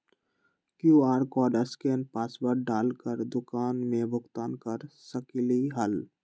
QR code scan password डाल कर दुकान में भुगतान कर सकलीहल?